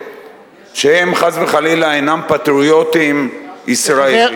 הם חס וחלילה אינם פטריוטים ישראלים,